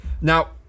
Now